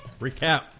Recap